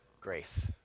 grace